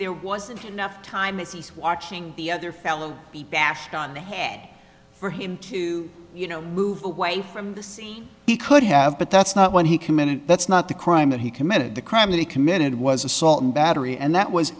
there wasn't enough time mrs watching the other fellow be bashed on the head for him to you know move away from the scene he could have but that's not when he committed that's not the crime that he committed the crime he committed was assault and battery and that was